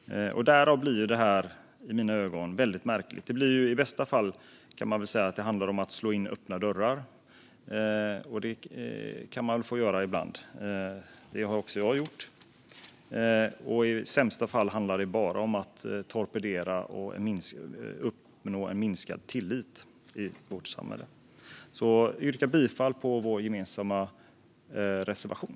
Därför blir det här i mina ögon väldigt märkligt. I bästa fall kan man väl säga att det handlar om att slå in öppna dörrar, och det kan man väl få göra ibland. Det har också jag gjort. I sämsta fall handlar det bara om att torpedera och uppnå minskad tillit i vårt samhälle. Jag yrkar bifall till vår gemensamma reservation.